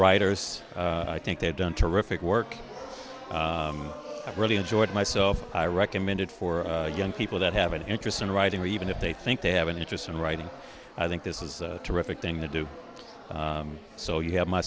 writers i think they're done terrific work really enjoyed myself i recommended for young people that have an interest in writing or even if they think they have an interest in writing i think this is a terrific thing to do so you have my